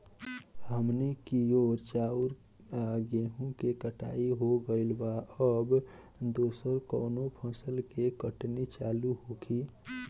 हमनी कियोर चाउर आ गेहूँ के कटाई हो गइल बा अब दोसर कउनो फसल के कटनी चालू होखि